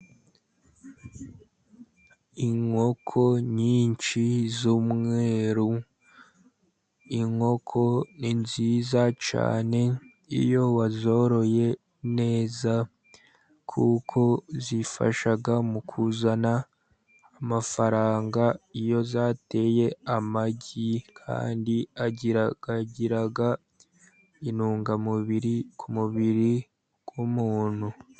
Inkoko nyinshi z'umweru. Inkoko ni nziza cyane iyo wazoroye neza, kuko zifasha mu kuzana amafaranga iyo zateye amagi, kandi agira intungamubiri ku mubiri w’umuntu.